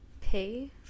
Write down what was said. pay